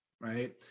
Right